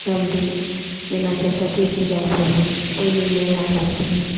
सब दिन जेना सरस्वती पूजा भेलनि ओइमे मेला लगथिन